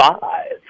five